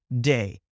day